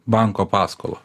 banko paskolą